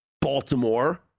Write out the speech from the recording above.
Baltimore